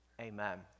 amen